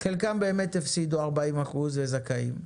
חלקם באמת הפסידו 40% וזכאים.